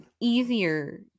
easier